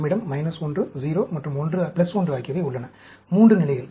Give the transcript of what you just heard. நம்மிடம் 1 0 மற்றும் 1 ஆகியவை உள்ளன 3 நிலைகள்